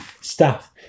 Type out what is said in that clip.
staff